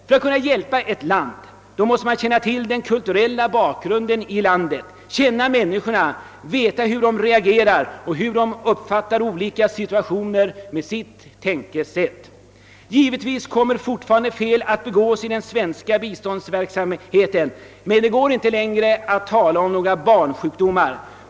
För att kunna hjälpa ett land måste man känna till den kulturella bakgrunden i landet, känna människorna, veta hur de reagerar och hur de uppfattar olika situationer med sitt tänkesätt. Givetvis kommer fortfarande fel att begås i den svenska biståndsverksamheten, men det går inte längre att tala om några barnsjukdomar.